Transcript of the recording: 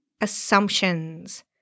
assumptions